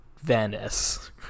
venice